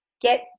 get